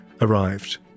arrived